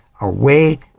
away